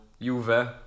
Juve